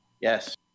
Yes